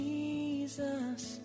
Jesus